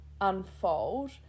unfold